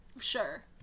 sure